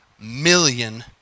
million